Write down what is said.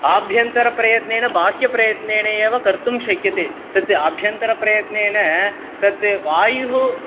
आभ्यन्तरप्रयत्नेण बाह्यप्रयत्नेण एव कर्तुं शक्यते तत् आभ्यन्तरप्रयत्नेण तत् वायुः